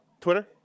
Twitter